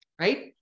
right